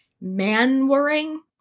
Manwaring